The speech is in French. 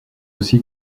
aussi